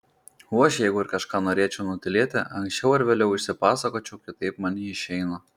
o aš jeigu ir kažką norėčiau nutylėti anksčiau ar vėliau išsipasakočiau kitaip man neišeina